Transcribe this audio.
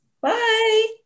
Bye